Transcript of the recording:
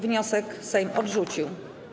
Wniosek Sejm odrzucił.